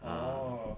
orh